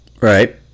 Right